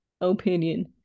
opinion